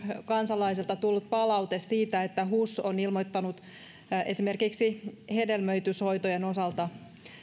kansalaisilta tullut palaute siitä että hus on ilmoittanut esimerkiksi hedelmöityshoitojen osalta